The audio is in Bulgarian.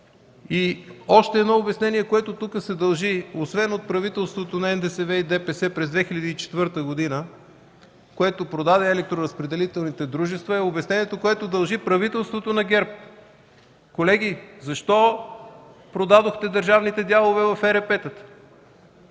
И още едно обяснение, което тук се дължи освен от правителството на НДСВ и ДПС през 2004 г., което продаде електроразпределителните дружества, е обяснението, което дължи правителството на ГЕРБ. Колеги, защо продадохте държавните дялове в ЕРП-тата?